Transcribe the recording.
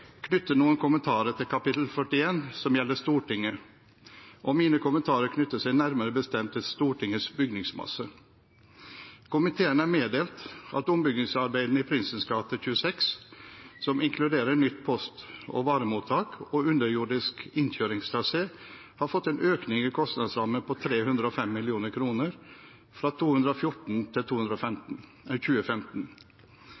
knytter seg nærmere bestemt til Stortingets bygningsmasse. Komiteen er meddelt at ombyggingsarbeidene i Prinsens gate 26 – som inkluderer nytt post- og varemottak og underjordisk innkjøringstrasé – har fått en økning i kostnadsramme på 305 mill. kr fra 2014 til 2015,